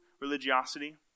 religiosity